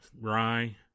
rye